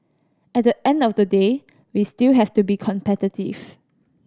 at the end of the day we still have to be competitive